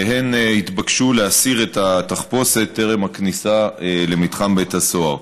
והן התבקשו להסיר את התחפושת בטרם הכניסה למתחם בית הסוהר.